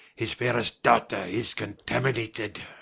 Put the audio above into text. his fairest daughter is contaminated